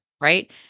right